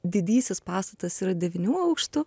didysis pastatas yra devynių aukštų